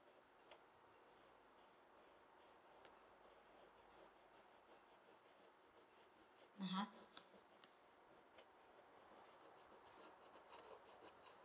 (uh huh)